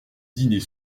dîner